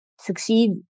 succeed